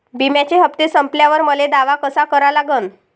बिम्याचे हप्ते संपल्यावर मले दावा कसा करा लागन?